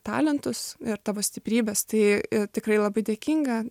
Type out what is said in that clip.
talentus ir tavo stiprybes tai tikrai labai dėkinga